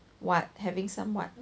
what having some what